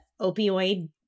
opioid